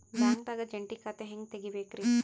ಬ್ಯಾಂಕ್ದಾಗ ಜಂಟಿ ಖಾತೆ ಹೆಂಗ್ ತಗಿಬೇಕ್ರಿ?